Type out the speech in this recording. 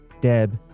Deb